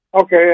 Okay